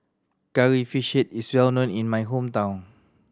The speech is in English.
Curry Fish Head is well known in my hometown